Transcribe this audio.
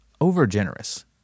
over-generous